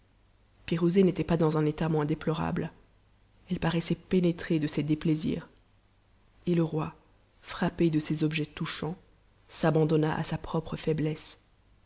pirouzé n'était pas dans un état moins déptorabte elle paraissait pénétrée de ses déplaisirs et le roi frappé de ces objets touchants s'abandonna à sa propre faiblesse